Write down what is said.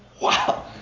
Wow